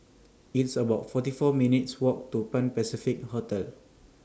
It's about forty four minutes' Walk to Pan Pacific Hotel